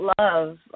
love